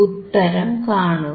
ഉത്തരം കാണുക